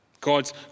God's